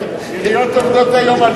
עיריות עובדות היום על